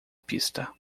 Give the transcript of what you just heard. pista